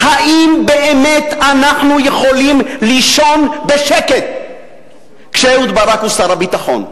האם באמת אנחנו יכולים לישון בשקט כשאהוד ברק הוא שר הביטחון?